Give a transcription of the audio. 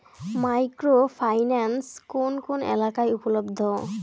Micro finance কোন কোন এলাকায় উপলব্ধ?